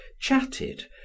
chatted